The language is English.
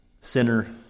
Sinner